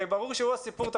הרי ברור שהוא הסיפור.